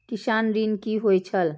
किसान ऋण की होय छल?